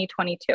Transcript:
2022